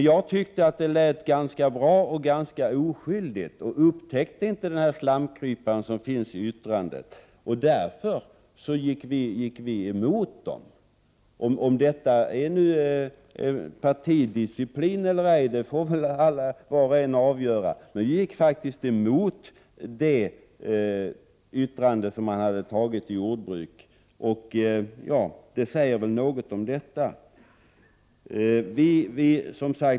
Jag tyckte att det lät ganska bra och oskyldigt och upptäckte inte slamkryparen i yttrandet, och därför gick vi emot våra partivänner. Om det nu är fråga om partidisciplin eller ej får var och en själv avgöra, men vi gick faktiskt emot det yttrande som hade antagits i jordbruksutskottet. Det säger väl något om detta.